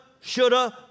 shoulda